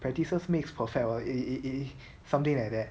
practices makes perfect [what] it it it something like that